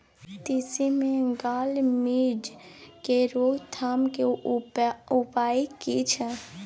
तिसी मे गाल मिज़ के रोकथाम के उपाय की छै?